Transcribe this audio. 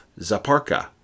Zaparka